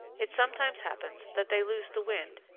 it sometimes happens that they lose the wind,